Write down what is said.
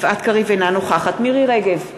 אינה נוכחת מירי רגב,